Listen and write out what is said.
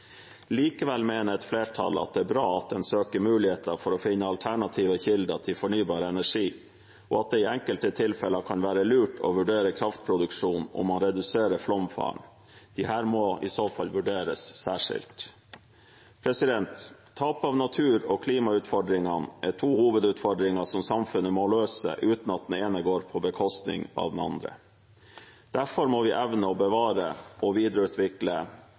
Likevel mener et flertall at det er bra at en søker muligheter for å finne alternative kilder til fornybar energi, og at det i enkelte tilfeller kan være lurt å vurdere kraftproduksjon, om man reduserer flomfaren. Disse må i så fall vurderes særskilt. Tap av natur og klimautfordringene er to hovedutfordringer som samfunnet må løse, uten at den ene går på bekostning av den andre. Derfor må vi evne å bevare og videreutvikle